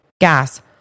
gas